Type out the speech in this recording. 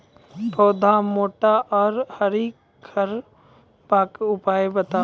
पौधा मोट आर हरियर रखबाक उपाय बताऊ?